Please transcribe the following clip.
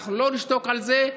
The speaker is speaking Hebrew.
אנחנו לא נשתוק על זה,